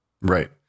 Right